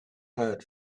heard